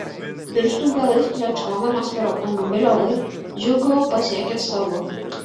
pirštų galais plekšnodamas per automobilio vairą džiūgavo pasiekęs savo